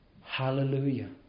Hallelujah